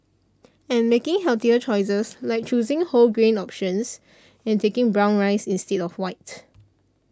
and making healthier choices like choosing whole grain options and taking brown rice instead of white